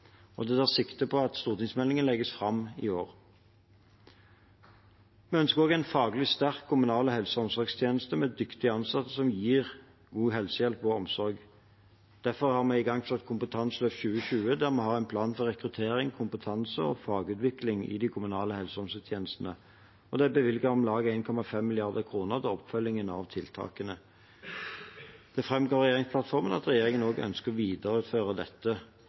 Det tas sikte på at stortingsmeldingen legges fram i år. Vi ønsker også en faglig sterk kommunal helse- og omsorgstjeneste med dyktige ansatte som gir god helsehjelp og omsorg. Derfor har vi igangsatt Kompetanseløft 2020, der vi har en plan for rekruttering, kompetanse og fagutvikling i de kommunale helse- og omsorgstjenestene. Det er bevilget om lag 1,5 mrd. kr til oppfølging av tiltakene. Det framgår av regjeringsplattformen at regjeringen også ønsker å videreføre Kompetanseløft 2020. Når en person får en ALS-diagnose, vil dette